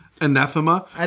Anathema